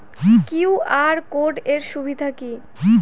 QR code এর সুবিধা কি?